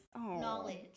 knowledge